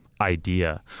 idea